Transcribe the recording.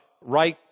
right